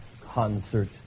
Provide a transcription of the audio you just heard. concert